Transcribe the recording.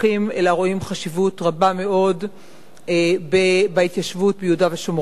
אלא רואים חשיבות רבה מאוד בהתיישבות ביהודה ושומרון,